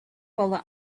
while